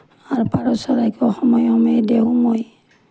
আৰু পাৰ চৰাইকো সময়ে সময়ে দিওঁ মই